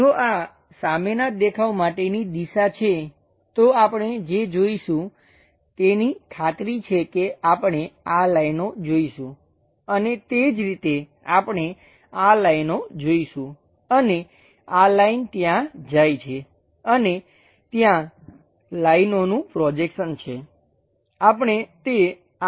જો આ સામેના દેખાવ માટેની દિશા છે તો આપણે જે જોઈશું તેની ખાતરી છે કે આપણે આ લાઈનો જોઈશું અને તે જ રીતે આપણે આ લાઈનો જોઈશું અને આ લાઈન ત્યાં જાય છે અને ત્યાં લાઈનોનું પ્રોજેક્શન છે આપણે તે આ ભાગ સુધી જોઈશું